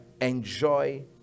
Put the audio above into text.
enjoy